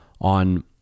On